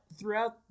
throughout